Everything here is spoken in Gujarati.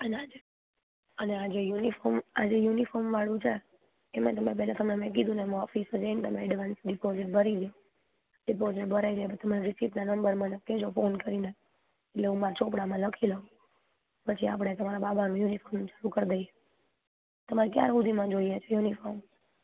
કદાચ અને આ જે યુનિફોર્મ આ જે યુનિફોર્મ વાળું છે એમા તમે મેં પહેલા તમને મેં કહ્યુંને હું ઓફિસે જઈને તમે એડવાન્સ ડિપોજીટ ભરી લ્યો ડિપોજીટ ભરાઈ જાયે તમારે રિસીપટ નંબર મને કહેજો ફોન કરીને એટલે હું મારા ચોપડામાં લખી લઉં પછી તમારા બાબાનું યુનિફોર્મ ચાલુ કરી દઈ તમારે કયા સુધીમાં જોઈએ યુનિફોર્મ